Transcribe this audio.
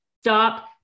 Stop